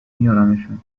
میارمشون